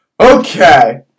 Okay